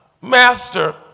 Master